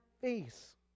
face